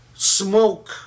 smoke